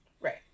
Right